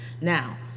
Now